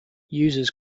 users